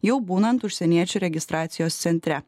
jau būnant užsieniečių registracijos centre